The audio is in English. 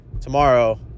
Tomorrow